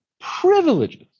Privileges